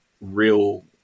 real